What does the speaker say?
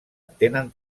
tenen